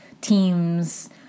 teams